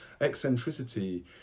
eccentricity